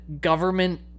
government